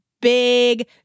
big